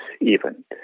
event